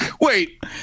Wait